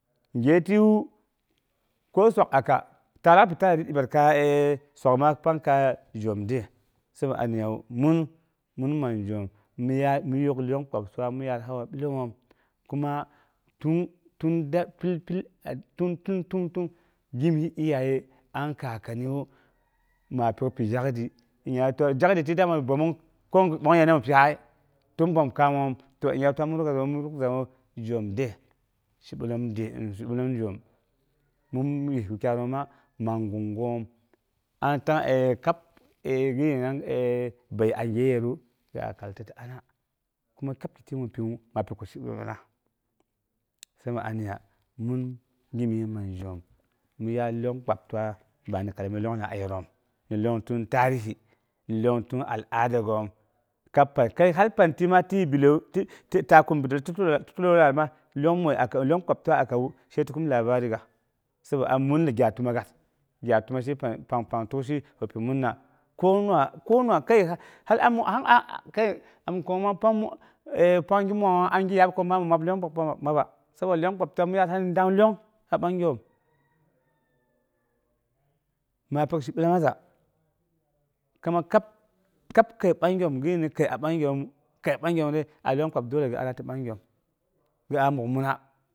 ko swak aka ta alau bi taba dibar kaiya eee swakma pang kaya jom day. Sabo aniyawu min min ma jom, mi yaar mi yok lyong kpab mi yahawa bilomoom kuma tun, tun da tun- tun- tun- tun gimis iyaye an kakniwu ma pyok pi zhakdi watan zhadi ti dama bəomong ko gwa bongnongei ni mi piha ti bəomkaamon nya tang kauyukagoomu, zwa zangngu jom day shibilom day mu shibilom jom. Min yis wukyai yooma ma gunggungngoom an tang eee kab gimis na a zhiyətru ta kalta ti ana. kuma kab ti kigu mi piwu ma pi guisigosina sai mi aniya min min yema jom mi yaad lyong kpab tuwa bani karmi lyong lag'ai a yegoom, ni lyong tun tarihi, ni lyong tun ala dagoom kai kab panti tin innung bidəlu ti pi lura nat ma lyong moi, lyongkpab a bigawu sai ti kum labari gas sabo a min ni gyatumagas, gyatuma təksi pang pi murna, kona kona kai hal amuapang gi mwan ko. gi yambu mi mab lyong kpab maba sabo mi mi lyong kpab təməi mi dang lyong a bagyoom ma tək shibilmaza kuma kab kab kəi bagyooom, gibi ni kəi a bagyoomu, kəi bagyoomu dei a lyong kpab dole gi ana ti bagyoom.